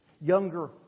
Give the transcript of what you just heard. Younger